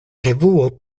revuo